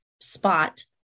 spot